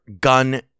Gun